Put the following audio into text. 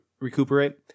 recuperate